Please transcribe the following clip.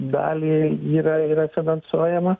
dalį yra yra finansuojama